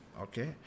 okay